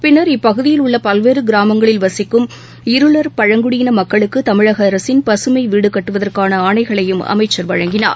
பின்னர் இப்பகுதியில் உள்ள பல்வேறு கிராமங்களில் வசிக்கும் இருளர் பழங்குடியின மக்களுக்கு தமிழக அரசின் பசுமை வீடு கட்டுவதற்கான ஆணைகளையும் அமைச்சர் வழங்கினார்